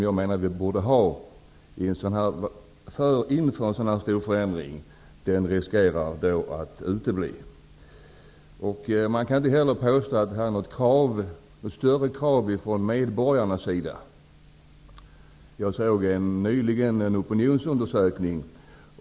Jag menar att vi borde ha en omfattande debatt inför en så här stor förändring. Den debatten riskerar att utebli. Man kan inte heller påstå att det finns något större krav ifrån medborgarnas sida. Jag tog nyligen del av en opinionsundersökning.